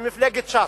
ממפלגת ש"ס.